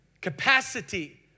Capacity